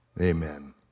Amen